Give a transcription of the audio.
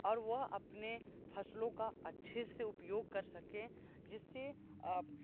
और वह अपने फसलों का अच्छे से उपयोग कर सके जिससे